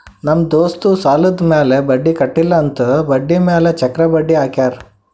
ನಮ್ ದೋಸ್ತ್ ಸಾಲಾದ್ ಮ್ಯಾಲ ಬಡ್ಡಿ ಕಟ್ಟಿಲ್ಲ ಅಂತ್ ಬಡ್ಡಿ ಮ್ಯಾಲ ಚಕ್ರ ಬಡ್ಡಿ ಹಾಕ್ಯಾರ್